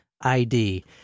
ID